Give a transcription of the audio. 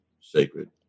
sacred